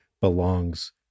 belongs